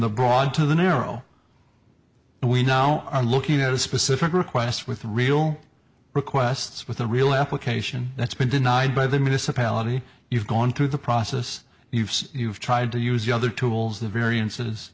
the broad to the narrow and we now are looking at a specific request with real requests with the real application that's been denied by the municipality you've gone through the process you've said you've tried to use the other tools the variances